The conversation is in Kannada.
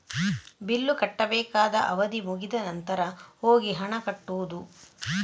ಬಿಲ್ಲು ಕಟ್ಟಬೇಕಾದ ಅವಧಿ ಮುಗಿದ ನಂತ್ರ ಹೋಗಿ ಹಣ ಕಟ್ಟುದು